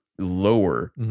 lower